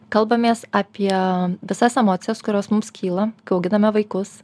kalbamės apie visas emocijas kurios mums kyla kai auginame vaikus